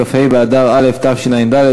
כ"ה באדר א' תשע"ד,